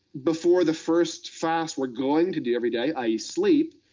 before the first fast we're going to do every day, i e. sleep,